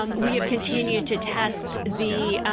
um we have continued to test the